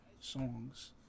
songs